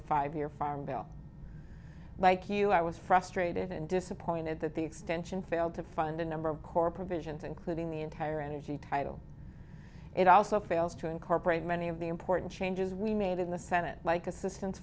a five year farm bill by q i was frustrated and disappointed that the extension failed to fund a number of core provisions including the entire energy title it also fails to incorporate many of the important changes we made in the senate like assistance